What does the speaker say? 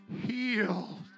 healed